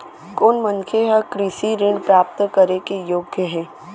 कोन मनखे ह कृषि ऋण प्राप्त करे के योग्य हे?